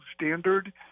standard